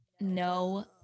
no